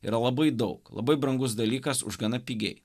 yra labai daug labai brangus dalykas už gana pigiai